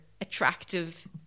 attractive